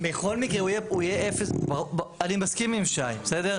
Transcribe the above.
בכל מקרה הוא יהיה אפס, אני מסכים עם שי, בסדר?